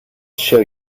show